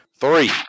Three